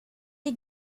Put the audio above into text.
est